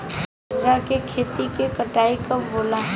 बजरा के खेती के कटाई कब होला?